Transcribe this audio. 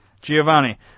Giovanni